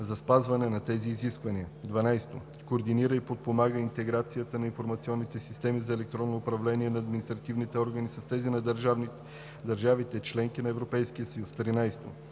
за спазване на тези изисквания; 12. координира и подпомага интеграцията на информационните системи за електронно управление на административните органи с тези на държавите – членки на Европейския съюз; 13.